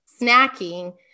snacking